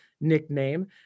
nickname